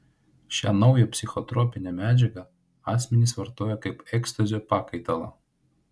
šią naują psichotropinę medžiagą asmenys vartoja kaip ekstazio pakaitalą